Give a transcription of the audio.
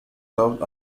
served